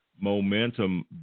Momentum